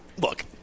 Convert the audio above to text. look